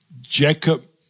Jacob